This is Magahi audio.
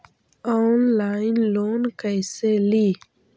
ऑनलाइन लोन कैसे ली?